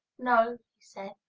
no, he said,